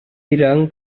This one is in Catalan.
diran